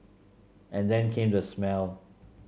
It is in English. and then came the smell